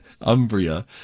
Umbria